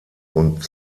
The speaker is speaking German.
und